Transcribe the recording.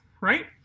right